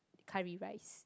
curry rice